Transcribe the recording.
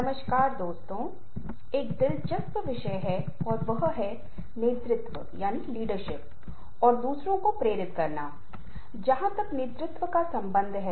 hello दोस्तों आज हम शरीर और जिस तरह से वह संचार करता हैं उस विषय पर ध्यान केंद्रित करने जा रहे हैं